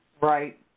Right